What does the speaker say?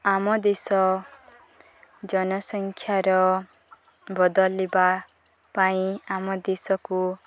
ଆମ ଦେଶ ଜନସଂଖ୍ୟାର ବଦଳିବା ପାଇଁ ଆମ ଦେଶକୁ